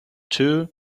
two